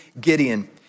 Gideon